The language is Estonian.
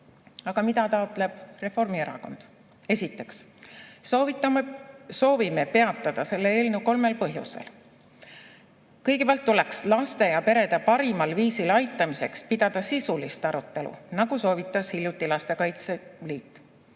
Aga mida taotleb Reformierakond? Esiteks, soovime peatada selle eelnõu kolmel põhjusel. Kõigepealt tuleks laste ja perede parimal viisil aitamiseks pidada sisulist arutelu, nagu soovitas hiljuti Lastekaitse Liit.